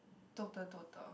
total total